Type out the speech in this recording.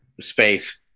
space